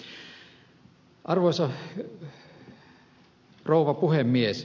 arvoisa rouva puhemies